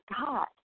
God